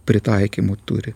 pritaikymų turi